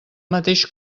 mateix